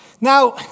Now